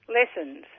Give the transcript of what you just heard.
Lessons